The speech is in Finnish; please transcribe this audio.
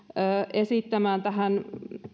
esittämään tähän